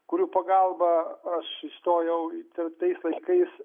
kurių pagalba aš įstojau tarp tais laikais